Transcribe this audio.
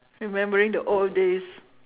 remembering the old days